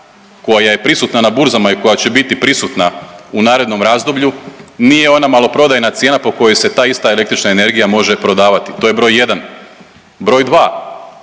koja je prisutna na burzama i koja će biti prisutna u narednom razdoblju nije ona maloprodajna cijena po kojoj se ta ista električna energija može prodavati to je broj jedan. Broj dva.